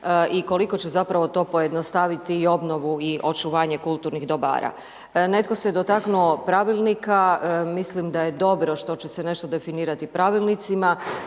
i koliko će zapravo to pojednostaviti i obnovu i očuvanje kulturnih dobara. Netko se dotaknuo pravilnika, mislim da je dobro što će se nešto definirati pravilnicima,